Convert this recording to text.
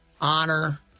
honor